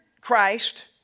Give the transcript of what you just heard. Christ